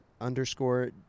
underscore